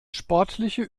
sportliche